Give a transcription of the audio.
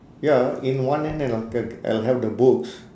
ya in one hand and I'll ta~ I'll have the books